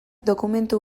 dokumentu